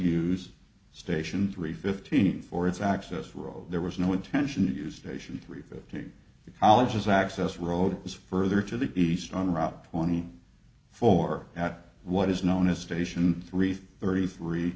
use station three fifteen for its access road there was no intention used ation three fifty two colleges access road is further to the east on route twenty four at what is known as station three thirty three